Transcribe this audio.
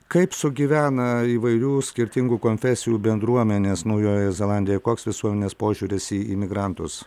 kaip sugyvena įvairių skirtingų konfesijų bendruomenės naujojoje zelandijoje koks visuomenės požiūris į imigrantus